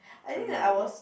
family will come